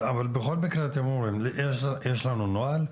אבל בכל מקרה אתם אומרים: יש לנו נוהל,